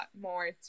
more